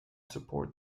support